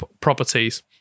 properties